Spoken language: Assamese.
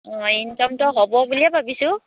অঁ ইনকামটো হ'ব বুলিয়ে ভাবিছোঁ